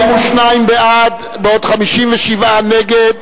42 בעד, בעוד 57 נגד.